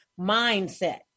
mindset